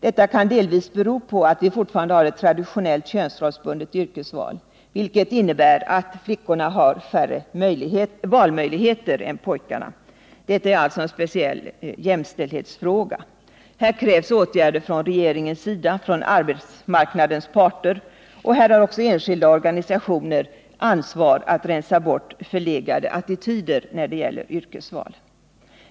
Detta kan delvis bero på att vi fortfarande har ett traditionellt könsrollsbundet yrkesval, vilket innebär att flickorna har färre valmöjligheter än pojkarna. Detta är en speciell jämställdhetsfråga. Här krävs åtgärder från regeringens sida och från arbetsmarknadens parter. När det gäller yrkesval har också enskilda och organisationer ansvar för att förlegade attityder rensas bort.